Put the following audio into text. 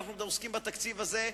אבל אנחנו עוסקים בתקציב הזה,